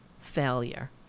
failure